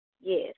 Yes